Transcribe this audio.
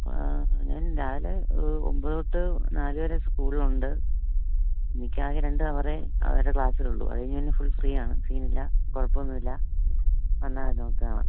ആ ഞാൻ രാവിലെ ഒരു ഒൻപത് തൊട്ട് നാലുവരെ സ്കൂളിൽ ഉണ്ട് എനിക്കാകെ രണ്ട് അവറെ അവരുടെ ക്ലാസ്സിലുള്ളു അത്കഴിഞ്ഞാൽ ഞാൻ ഫുൾ ഫ്രീയാണ് സീനില്ല കുഴപ്പമൊന്നും ഇല്ല വന്നാൽ മതി നമുക്ക് കാണാം